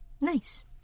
Nice